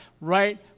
right